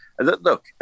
Look